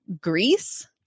Greece